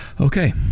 Okay